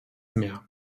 mehr